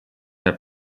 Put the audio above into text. herr